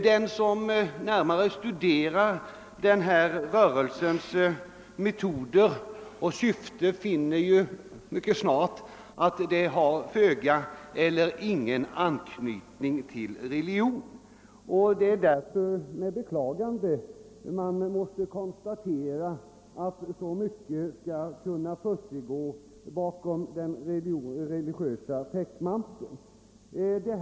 Den som närmare studerar rörelsens metoder och syften finner ganska snart att den har föga eller ingen anknytning till religion. Det är därför med beklagande man måste konstatera att så mycket skall kunna försiggå under religiös täckmantel.